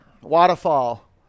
Waterfall